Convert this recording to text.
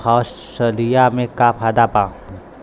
यह फसलिया में का फायदा बा?